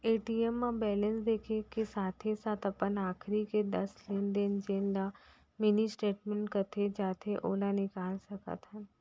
ATM म balance देखे के साथे साथ अपन आखरी के दस लेन देन जेन ल मिनी स्टेटमेंट कहे जाथे ओला निकाल सकत हन